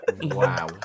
wow